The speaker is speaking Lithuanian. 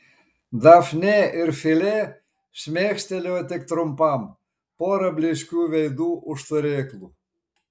dafnė ir filė šmėkštelėjo tik trumpam pora blyškių veidų už turėklų